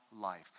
life